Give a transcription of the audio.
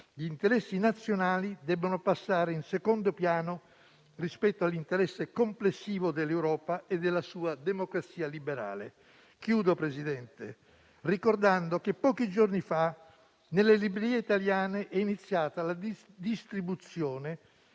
gli interessi nazionali devono passare in secondo piano rispetto all'interesse complessivo dell'Europa e della sua democrazia liberale. Chiudo, Presidente, ricordando che pochi giorni fa nelle librerie italiane è iniziata la distribuzione